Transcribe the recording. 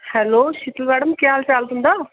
hello Sheetal madam केह् हाल चाल तुंदा